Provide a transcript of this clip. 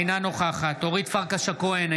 אינה נוכחת אורית פרקש הכהן,